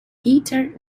peter